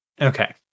Okay